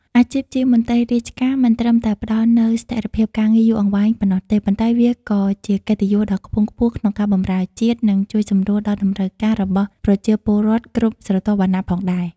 អាជីពជាមន្ត្រីរាជការមិនត្រឹមតែផ្តល់នូវស្ថិរភាពការងារយូរអង្វែងប៉ុណ្ណោះទេ ប៉ុន្តែវាក៏ជាកិត្តិយសដ៏ខ្ពង់ខ្ពស់ក្នុងការបម្រើជាតិ និងជួយសម្រួលដល់តម្រូវការរបស់ប្រជាពលរដ្ឋគ្រប់ស្រទាប់វណ្ណៈផងដែរ។